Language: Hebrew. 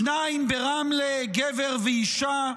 שניים ברמלה, גבר ואישה,